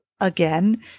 again